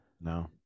No